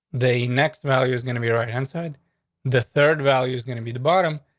the next value is going to be right inside. the third value is gonna be the bottom,